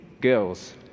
girls